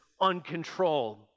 uncontrolled